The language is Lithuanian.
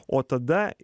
o tada